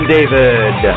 David